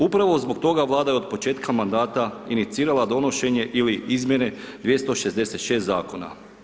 Upravo zbog toga Vlada je od početka mandata inicirala donošenje ili izmjene 266 Zakona.